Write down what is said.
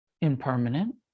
impermanent